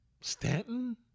Stanton